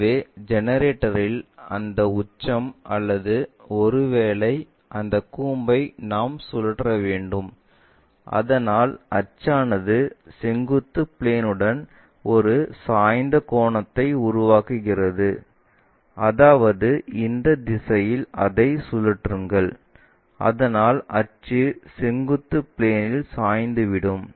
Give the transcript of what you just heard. எனவே ஜெனரேட்டரில் அந்த உச்சம் அல்லது ஒருவேளை அந்த கூம்பை நாம் சுழற்ற வேண்டும் அதனால் அச்சானது செங்குத்து பிளேன்உடன் ஒரு சாய்ந்த கோணத்தை உருவாக்குகிறது அதாவது இந்த திசையில் அதை சுழற்றுங்கள் அதனால் அச்சு செங்குத்து பிளேன்இல் சாய்ந்துவிடும்